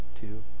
two